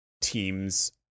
teams